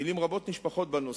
מלים רבות נשפכות בנושא,